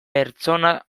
pertsona